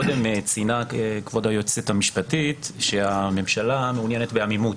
קודם ציינה כבוד היועצת המשפטית שהממשלה מעוניינת בעמימות,